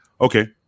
Okay